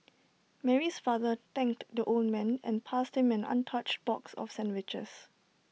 Mary's father thanked the old man and passed him an untouched box of sandwiches